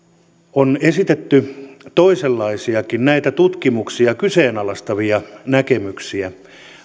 on esitetty toisenkinlaisia näitä tutkimuksia kyseenalaistavia näkemyksiä